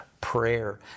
Prayer